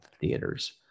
theaters